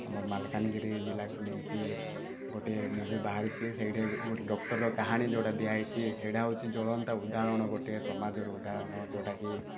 ଆମର ମାଲକାନଗିରି ଜିଲ୍ଲାକୁ ନେଇକି ଗୋଟେ ମୁଭି ବାହାରିଛି ସେଇଠି ଗୋଟେ ଡକ୍ଟରର କାହାଣୀ ଦିଆଯାଇଛି ସେଇଟା ଜ୍ଵଳନ୍ତ ଉଦାହରଣ ଗୋଟେ ସମାଜର ଉଦାହରଣ ଗୋଟେ ଯେଉଁଟାକି